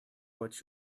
what